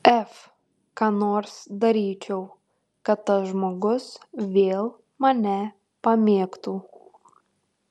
f ką nors daryčiau kad tas žmogus vėl mane pamėgtų